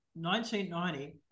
1990